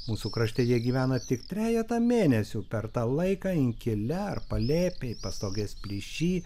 mūsų krašte jie gyvena tik trejetą mėnesių per tą laiką inkile ar palėpėj pastogės plyšy